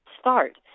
start